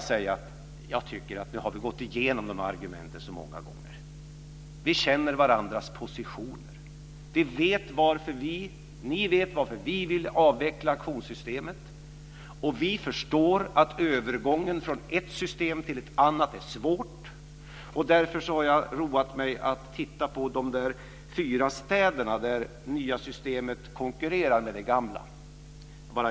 Jag tycker att vi har gått igenom dessa argument så många gånger. Vi känner till varandras positioner. Ni vet varför vi vill avveckla auktionssystemet, och vi förstår att övergången från ett system till ett annat är svår. Därför har jag roat mig med att titta på fyra städer där det nya systemet konkurrerar med det gamla.